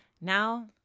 Now